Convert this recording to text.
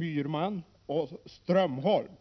Myhrman och Stig Strömholm.